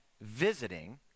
visiting